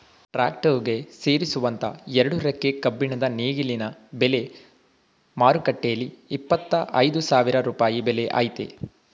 tractor ಗೆ ಸೇರಿಸುವಂತ ಎರಡು ರೆಕ್ಕೆ ಕಬ್ಬಿಣದ ನೇಗಿಲಿನ ಬೆಲೆ ಮಾರುಕಟ್ಟೆಲಿ ಇಪ್ಪತ್ತ ಐದು ಸಾವಿರ ರೂಪಾಯಿ ಬೆಲೆ ಆಯ್ತೆ